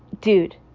dude